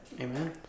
Amen